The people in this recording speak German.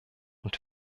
und